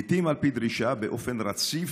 לעיתים על פי דרישה, באופן רציף,